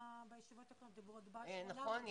בישיבות הקודמות דובר על 800. נכון,